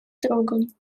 другом